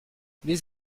des